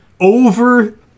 over